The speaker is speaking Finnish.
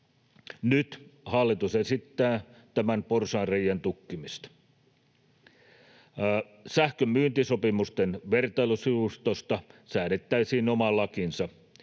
Nyt hallitus esittää tämän porsaanreiän tukkimista. Sähkönmyyntisopimusten vertailusivustosta säädettäisiin oma lakinsa.